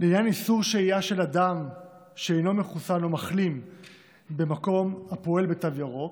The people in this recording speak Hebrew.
לעניין איסור שהייה של אדם שאינו מחוסן או מחלים במקום הפועל בתו ירוק,